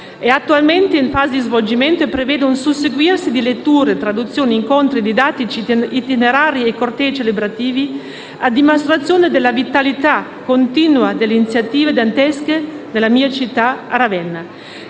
attualmente in fase di svolgimento e prevede un susseguirsi di letture, traduzioni, incontri didattici, itinerari e cortei celebrativi, a dimostrazione della vitalità continua delle iniziative dantesche nella mia città, Ravenna.